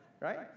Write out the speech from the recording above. Right